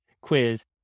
quiz